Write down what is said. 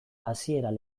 hasieran